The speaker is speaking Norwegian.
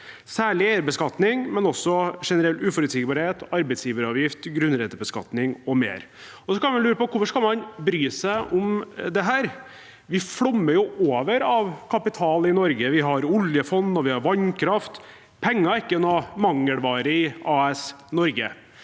særlig eierbeskatning, men også generell uforutsigbarhet, arbeidsgiveravgift, grunnrentebeskatning med mer. Så kan man lure på: Hvorfor skal man bryr seg om dette? Det flommer jo over av kapital i Norge. Vi har oljefond, og vi har vannkraft – penger er ikke noe mangelvare i AS Norge.